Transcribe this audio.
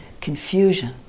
confusion